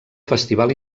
festival